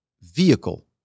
vehicle